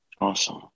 Awesome